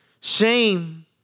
Shame